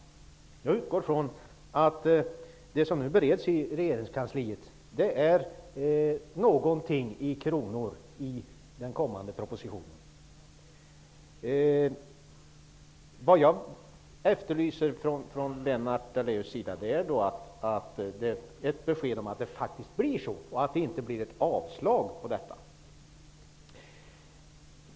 Jag utgår ifrån att det som nu bereds i regeringskansliet gäller kronor i den kommande propositionen. Vad jag efterlyser är ett besked från Lennart Daléus om att det inte blir ett avslag på detta.